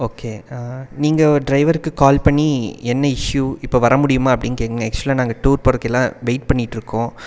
okay நீங்கள் டிரைவருக்கு call பண்ணி என்ன இஸ்யூ இப்போ வர முடியுமா அப்படினு கேளுங்கள் ஆக்சுவலாக நாங்கள் டூர் போகறதுக்கெல்லா வெயிட் பண்ணிட்டுருக்கோம்